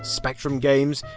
spectrum games,